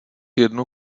jednu